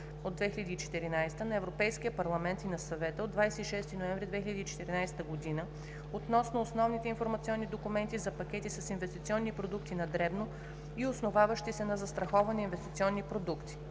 1286/2014 на Европейския парламент и на Съвета от 26 ноември 2014 г. относно основните информационни документи за пакети с инвестиционни продукти на дребно и основаващи се на застраховане инвестиционни продукти